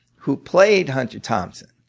who played hunter thompson.